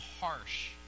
harsh